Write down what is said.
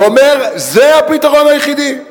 ואומר: זה הפתרון היחידי.